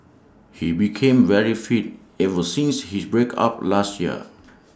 he became very fit ever since his break up last year